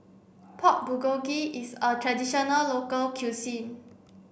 Pork Bulgogi is a traditional local cuisine